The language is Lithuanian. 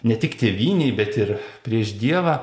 ne tik tėvynei bet ir prieš dievą